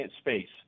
space